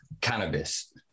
cannabis